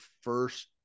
first